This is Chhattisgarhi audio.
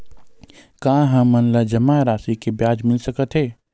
का हमन ला जमा राशि से ब्याज मिल सकथे?